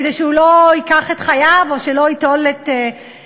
כדי שהוא לא ייקח את חייו או שלא ייטול את בריאותו,